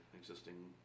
existing